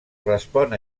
respon